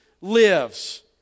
lives